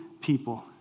people